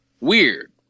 Weird